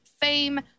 fame